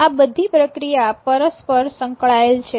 આ બધી પ્રક્રિયા પરસ્પર સંકળાયેલ છે